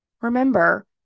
Remember